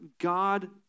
God